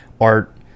art